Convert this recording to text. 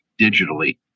digitally